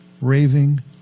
raving